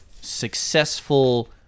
successful